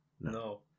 No